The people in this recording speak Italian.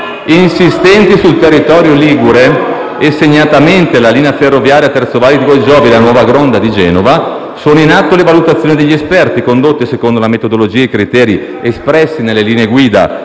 insistenti sul territorio ligure e, segnatamente, la linea ferroviaria Terzo valico di Giovi e la nuova Gronda di Genova, sono in atto le valutazioni degli esperti, condotte secondo la metodologia e i criteri espressi nelle linee guida